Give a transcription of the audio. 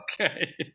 Okay